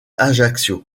ajaccio